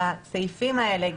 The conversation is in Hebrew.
הסעיפים האלה,